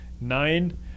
nine